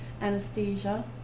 anesthesia